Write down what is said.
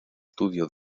estudio